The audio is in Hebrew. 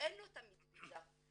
אין לו תמיד ויזה,